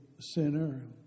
sinner